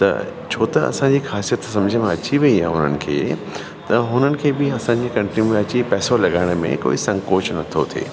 त छोत असांजी ख़ासियत समुझ में अची वयी आहे उन्हनि खे त हुननि खे बि असांजी कंट्री में अची पैसो लॻाइण में कोई संकोच नथो थिए